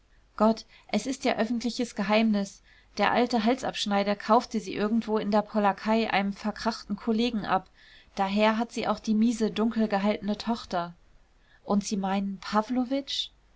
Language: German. gott es ist ja öffentliches geheimnis der alte halsabschneider kaufte sie irgendwo in der polackei einem verkrachten kollegen ab daher hat sie auch die miese dunkelgehaltene tochter und sie meinen